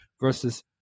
verses